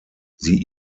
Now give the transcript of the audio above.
sie